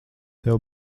tev